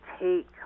take